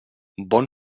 bon